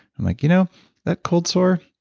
i'm like you know that cold sore?